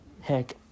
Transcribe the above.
Heck